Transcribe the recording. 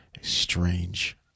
strange